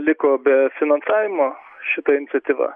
liko be finansavimo šita iniciatyva